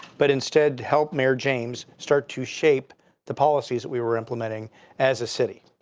but instead help mayor james start to shape the policies that we were implementing as a city.